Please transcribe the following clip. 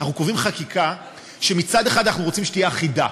אנחנו קובעים חקיקה שמצד אחד אנחנו רוצים שתהיה אחידה,